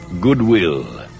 goodwill